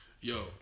Yo